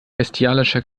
bestialischer